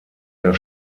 der